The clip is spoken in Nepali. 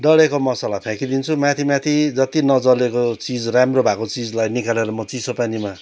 डढेको मसला फ्याँकिदिन्छु माथि माथि जति नजलेको चिज राम्रो भएको चिजलाई निकालेर म चिसो पानीमा